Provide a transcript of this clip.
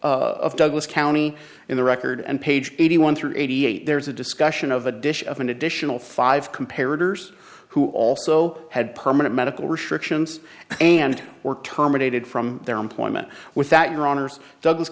of douglas county in the record and page eighty one hundred eighty eight there is a discussion of addition of an additional five compared who also had permanent medical restrictions and were terminated from their employment without your honour's douglas